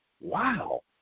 wow